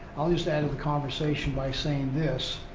i'll just add to the conversation by saying this.